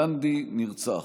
גנדי נרצח.